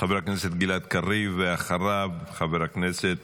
חבר הכנסת גלעד קריב, ואחריו, חבר הכנסת